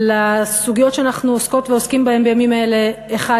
לסוגיות שאנחנו עוסקות ועוסקים בהם בימים אלה: אחד,